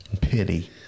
Pity